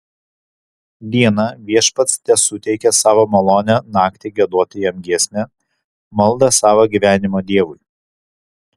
dieną viešpats tesuteikia savo malonę naktį giedoti jam giesmę maldą savo gyvenimo dievui